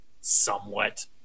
somewhat